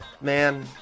man